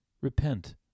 Repent